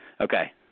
Okay